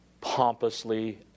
pompously